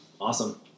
Awesome